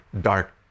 dark